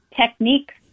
techniques